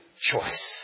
choice